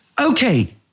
Okay